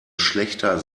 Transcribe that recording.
schlächter